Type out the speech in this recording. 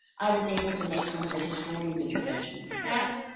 i was able to make kind of a historian's intervention with that.